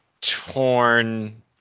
torn